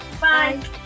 bye